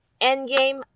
Endgame